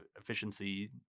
efficiency